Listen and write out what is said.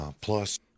plus